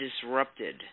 Disrupted